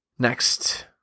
Next